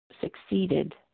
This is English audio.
succeeded